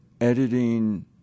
editing